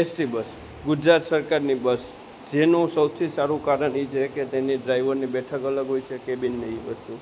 ST bus Gujarat સરકારની bus જેનું સૌથી સારું કારણ એ છે કે તેની ડ્રાઈવરની બેઠક અલગ હોય છે કેબિન એ વસ્તુ